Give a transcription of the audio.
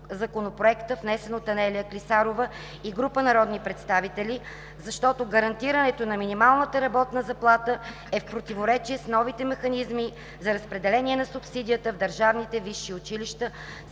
Законопроекта, внесен от Анелия Клисарова и група народни представители, защото гарантирането на минималната работна заплата е в противоречие с новите механизми за разпределение на субсидията в държавните висши училища